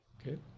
Okay